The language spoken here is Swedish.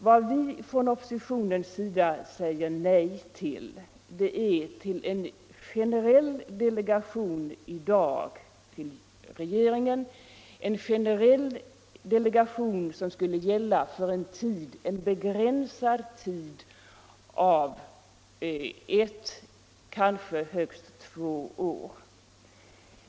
Vad vi från oppositionens sida säger nej till är en generell delegation i dag till regeringen, som skulle gälla för en begränsad tid av ett, kanske högst två år.